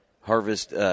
harvest